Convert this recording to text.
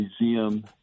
Museum